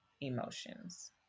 emotions